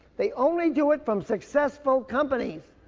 they only do it from successful companies.